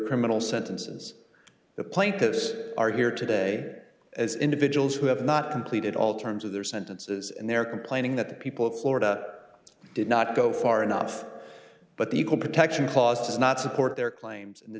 criminal sentences the plaintiffs are here today as individuals who have not completed all terms of their sentences and they are complaining that the people of florida did not go far enough but the equal protection clause does not support their claims